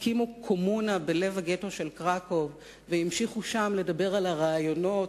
הקימו קומונה בלב הגטו של קרקוב והמשיכו שם לדבר על הרעיונות,